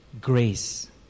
grace